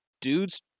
dudes